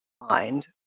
mind